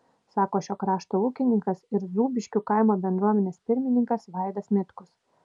sako šio krašto ūkininkas ir zūbiškių kaimo bendruomenės pirmininkas vaidas mitkus